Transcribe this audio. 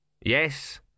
Yes